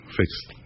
fixed